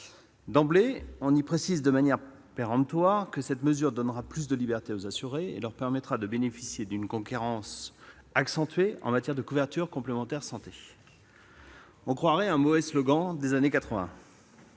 texte affirment de manière péremptoire que cette mesure « donnera plus de liberté aux assurés et leur permettra de bénéficier d'une concurrence accentuée en matière de couverture complémentaire santé ». On croirait un mauvais slogan des années